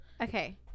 Okay